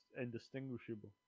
indistinguishable